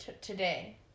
today